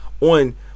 on